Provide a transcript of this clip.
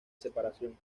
separación